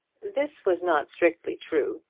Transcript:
this was not strictly true.